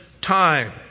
time